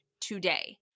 today